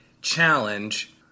challenge